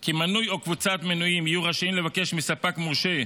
כי מנוי או קבוצת מנויים יהיו רשאים לבקש מספק מורשה,